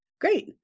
Great